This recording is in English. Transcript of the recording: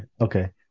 Okay